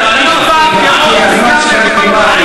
ואתם לא יכולים לדבר על שום דבר אחר.